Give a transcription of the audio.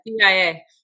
CIA